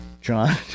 John